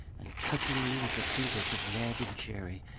and touching me with the fingers of ned and jerry.